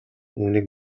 үүнийг